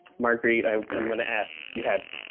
marguerite, i and want to ask you have